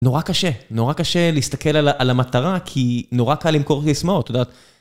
נורא קשה, נורא קשה להסתכל על המטרה, כי נורא קל למכור סיסמאות, אתה יודע,